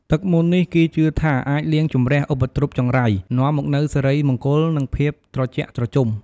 ទឹកមន្តនេះគេជឿថាអាចលាងជម្រះឧបទ្រពចង្រៃ នាំមកនូវសិរីមង្គល និងភាពត្រជាក់ត្រជុំ។